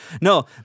No